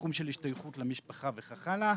התחום של השתייכות למשפחה וכך הלאה.